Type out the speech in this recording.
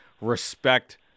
respect